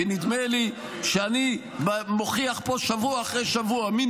כי נדמה לי שאני מוכיח פה שבוע אחרי שבוע מי